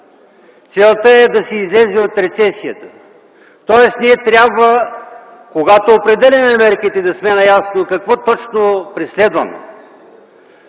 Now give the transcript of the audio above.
целта е да се излезе от рецесията. Тоест ние трябва, когато определяме мерките, да сме наясно какво точно преследваме.